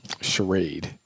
charade